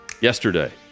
yesterday